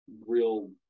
real